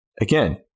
again